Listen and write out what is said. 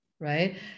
Right